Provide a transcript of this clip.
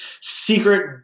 secret